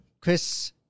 Chris